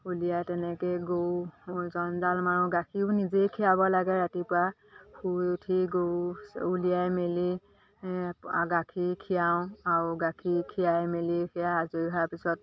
উলিয়াই তেনেকৈ গৰু জণ্ডাল মাৰোঁ গাখীৰো নিজেই খিৰাব লাগে ৰাতিপুৱা শুই উঠি গৰু উলিয়াই মেলি গাখীৰ খিৰাওঁ আৰু গাখীৰ খিৰাই মেলি সেয়া আজৰি হোৱাৰ পিছত